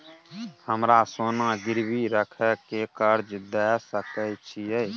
हमरा सोना गिरवी रखय के कर्ज दै सकै छिए?